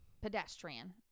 pedestrian